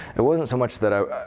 it wasn't so much that i